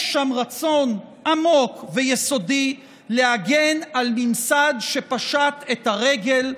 יש שם רצון עמוק ויסודי להגן על ממסד שפשט את הרגל,